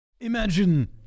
Imagine